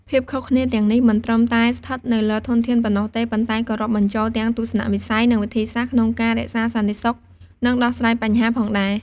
ភាពខុសគ្នាទាំងនេះមិនត្រឹមតែស្ថិតនៅលើធនធានប៉ុណ្ណោះទេ ប៉ុន្តែក៏រាប់បញ្ចូលទាំងទស្សនវិស័យ និងវិធីសាស្ត្រក្នុងការរក្សាសន្តិសុខ និងដោះស្រាយបញ្ហាផងដែរ។